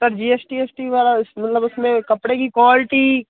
sir GST VST वाला उस मतलब उसमें कपड़े की क्वाॅलटी